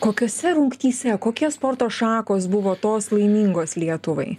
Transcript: kokiose rungtyse kokie sporto šakos buvo tos laimingos lietuvai